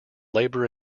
labor